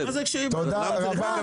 תודה רבה.